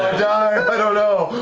die, i don't know.